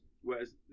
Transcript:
Whereas